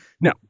Now